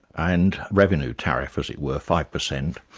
and revenue tariff, as it were, five percent,